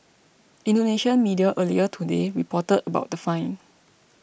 Indonesian media earlier today reported about the fine